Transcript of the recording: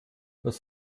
das